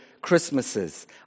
Christmases